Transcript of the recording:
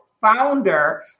founder